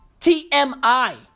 TMI